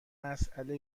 مساله